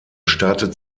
startet